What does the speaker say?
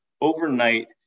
overnight